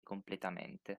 completamente